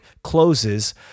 closes